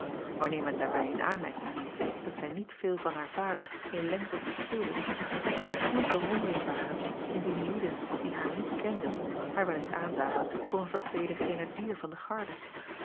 anneer men daarbij in aanmerking neemt dat zij niet veel van haar vader in lengte verscheelde dan kan het geen verwondering baren indien lieden die haar niet kenden haar wel eens aanzagen voor een verkleeden grenadier van de garde